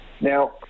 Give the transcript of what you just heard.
Now